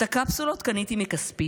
את הקפסולות קניתי מכספי,